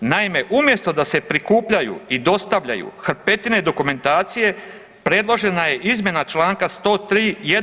Naime, umjesto da se prikupljaju i dostavljaju hrpetine dokumentacije predložena je izmjena članka 103.